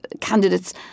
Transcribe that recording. candidates